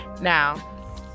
Now